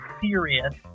serious